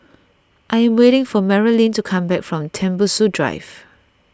I am waiting for Maralyn to come back from Tembusu Drive